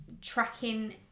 tracking